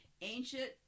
ancient